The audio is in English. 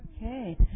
Okay